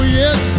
yes